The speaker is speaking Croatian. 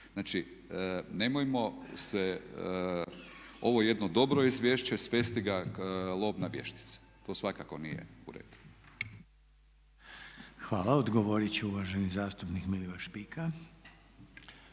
Znači, nemojmo se ovo jedno dobro izvješće svesti ga lov na vještice, to svakako nije u redu. **Reiner, Željko (HDZ)** Hvala. Odgovorit će uvaženi zastupnik Milivoj Špika.